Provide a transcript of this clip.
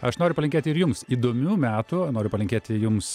aš noriu palinkėti ir jums įdomių metų noriu palinkėti jums